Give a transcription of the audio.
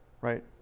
Right